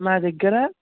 మా దగ్గర